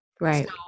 Right